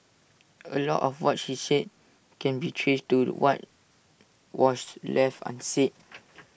A lot of what she said can be traced to what was left unsaid